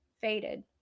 faded